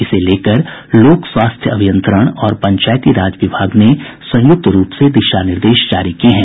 इसे लेकर लोक स्वास्थ्य अभियंत्रण और पंचायती राज विभाग ने संयुक्त रूप से दिशा निर्देश जारी किये हैं